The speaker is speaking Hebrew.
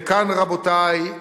וכאן, רבותי,